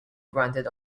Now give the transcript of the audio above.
granted